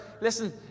Listen